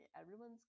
everyone's